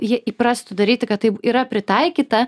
jie įprastų daryti kad taip yra pritaikyta